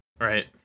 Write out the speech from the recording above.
Right